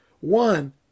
one